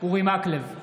אורי מקלב,